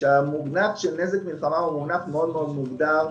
שהמונח "נזק מלחמה" הוא מונח מאוד מאוד מוגדר,